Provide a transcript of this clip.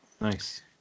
Nice